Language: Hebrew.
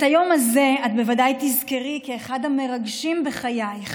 את היום הזה את בוודאי תזכרי כאחד המרגשים בחייך,